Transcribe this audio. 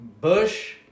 Bush